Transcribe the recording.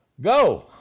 go